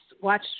Watch